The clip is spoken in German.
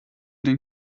den